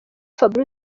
fabrice